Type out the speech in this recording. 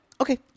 okay